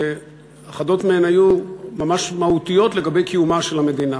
שאחדות מהן היו ממש מהותיות לגבי קיומה של המדינה,